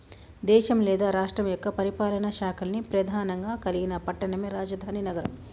దేశం లేదా రాష్ట్రం యొక్క పరిపాలనా శాఖల్ని ప్రెధానంగా కలిగిన పట్టణమే రాజధాని నగరం